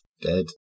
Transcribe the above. dead